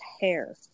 hair